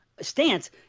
stance